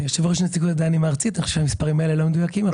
המספרים שאמרת הם לא מדויקים.